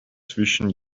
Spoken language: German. zwischen